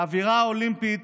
באווירה האולימפית